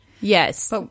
Yes